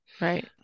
Right